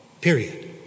Period